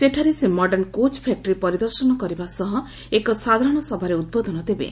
ସେଠାରେ ସେ modern coach factory ପରିଦର୍ଶନ କରିବା ସହ ଏକ ସାଧାରଣ ସଭାରେ ଉଦ୍ବୋଧନ ଦେବେ